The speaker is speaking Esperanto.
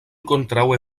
kontraŭe